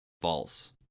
false